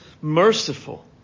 merciful